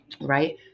Right